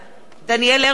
דניאל הרשקוביץ,